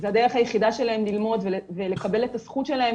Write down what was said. זה הדרך היחידה שלהם ללמוד ולקבל את הזכות שלהם